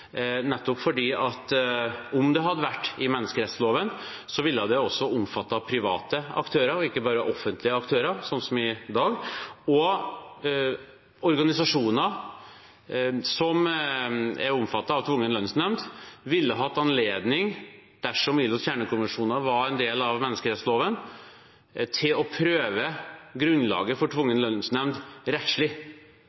Om det hadde vært i menneskerettsloven, ville det også omfattet private aktører, og ikke bare offentlige aktører, som i dag, og organisasjoner som er omfattet av tvungen lønnsnemnd, ville – dersom ILOs kjernekonvensjoner var en del av menneskerettsloven – hatt anledning til å prøve grunnlaget for